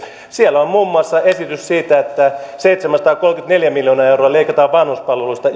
siellä on muun muassa esitys siitä että seitsemänsataakolmekymmentäneljä miljoonaa euroa leikataan vanhuspalveluista